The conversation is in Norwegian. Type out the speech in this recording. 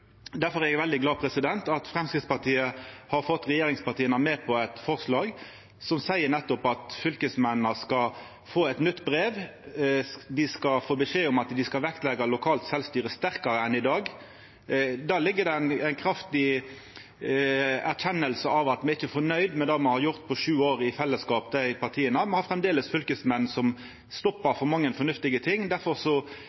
er eg veldig glad for at Framstegspartiet har fått regjeringspartia med på eit forslag som seier nettopp at fylkesmennene skal få eit nytt brev, der dei skal få beskjed om at dei skal vektleggja lokalt sjølvstyre sterkare enn i dag. Der ligg det ei kraftig erkjenning av at me ikkje er fornøgde med det me i dei partia har gjort på sju år i fellesskap. Me har framleis fylkesmenn som